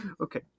Okay